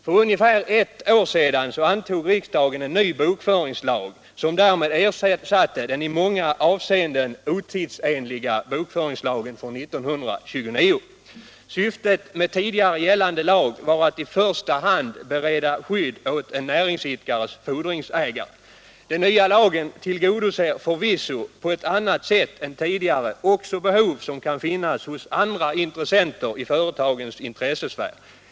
För ungefär ett år sedan antog riksdagen en ny bokföringslag, som ersatte den i många avseenden otidsenliga bokföringslagen från 1929. Syftet med tidigare gällande lag var att i första hand bereda skydd åt en näringsidkares fordringsägare. Den nya lagen tillgodoser förvisso på ett annat sätt än den tidigare också behov som kan finnas hos andra intressenter i företagens intressesfär.